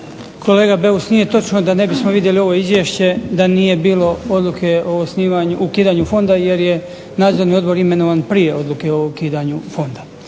Kolega Beus nije točno da ne bismo vidjeli ovo izvješće da nije bilo odluke o osnivanju, o ukidanju fonda jer je nadzorni odbor imenovan prije odluke o ukidanju fonda.